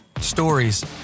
Stories